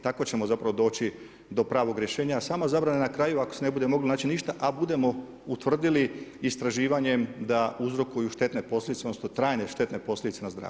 Tako ćemo zapravo doći do pravog rješenja, a sama zabrana na kraju ako se ne bude moglo naći ništa, a budemo utvrdili istraživanjem da uzrokuju štetne posljedice, odnosno trajne štetne posljedice na zdravlje.